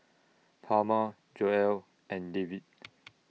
Palma Joella and David